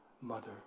mother